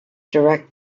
direct